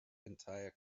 entire